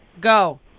Go